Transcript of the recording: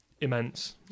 immense